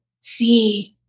see